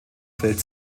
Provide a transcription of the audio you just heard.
fällt